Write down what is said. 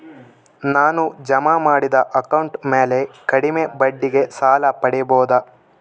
ನಾನು ಜಮಾ ಮಾಡಿದ ಅಕೌಂಟ್ ಮ್ಯಾಲೆ ಕಡಿಮೆ ಬಡ್ಡಿಗೆ ಸಾಲ ಪಡೇಬೋದಾ?